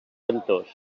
ventós